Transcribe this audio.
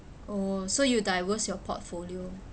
oh so you diverse your portfolio